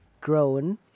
grown